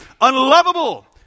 Unlovable